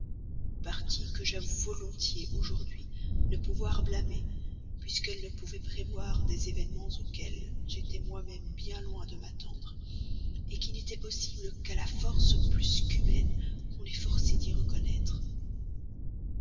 parti que j'avoue volontiers aujourd'hui ne pouvoir blâmer puisqu'elle ne pouvait prévoir des événements auxquels j'étais moi-même bien loin de m'attendre qui n'étaient possibles qu'à la force plus qu'humaine qu'on est forcé d'y reconnaître